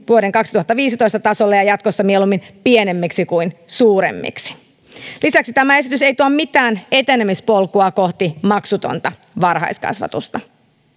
vuoden kaksituhattaviisitoista tasolle ja jatkossa mieluummin pienemmiksi kuin suuremmiksi lisäksi tämä esitys ei tuo mitään etenemispolkua kohti maksutonta varhaiskasvatusta